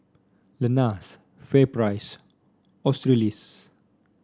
Lenas FairPrice Australis